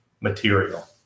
material